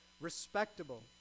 respectable